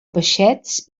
peixets